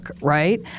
right